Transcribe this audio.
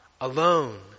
Alone